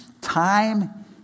Time